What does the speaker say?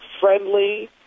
friendly